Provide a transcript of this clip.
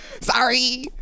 Sorry